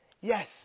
yes